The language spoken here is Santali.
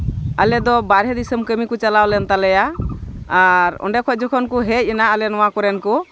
ᱟᱞᱮᱫᱚ ᱵᱟᱦᱨᱮ ᱫᱤᱥᱚᱢ ᱠᱟᱹᱢᱤ ᱠᱚ ᱪᱟᱞᱟᱣ ᱞᱮᱱ ᱛᱟᱞᱮᱭᱟ ᱟᱨ ᱚᱸᱰᱮ ᱠᱷᱚᱡ ᱡᱚᱠᱷᱚᱱ ᱠᱚ ᱦᱮᱡ ᱮᱱᱟ ᱟᱞᱮ ᱱᱚᱣᱟ ᱠᱚᱨᱮᱱ ᱠᱚ